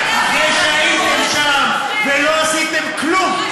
אחרי שהייתם שם ולא עשיתם כלום.